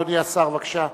אדוני השר, בבקשה.